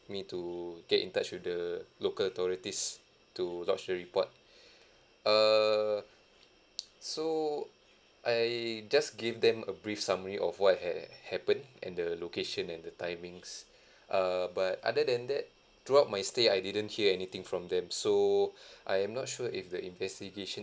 me to get in touch with the local authorities to lodge a report err so I just give them a brief summary of what had happened and the location and the timings err but other than that throughout my stay I didn't hear anything from them so I am not sure if the investigation